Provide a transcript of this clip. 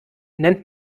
nennt